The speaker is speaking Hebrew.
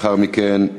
לאחר מכן,